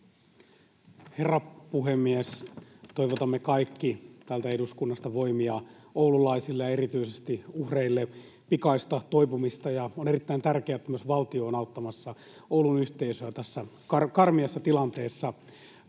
Herra puhemies! Toivotamme kaikki täältä eduskunnasta oululaisille voimia ja erityisesti uhreille pikaista toipumista. On erittäin tärkeää, että myös valtio on auttamassa Oulun yhteisöä tässä karmeassa tilanteessa.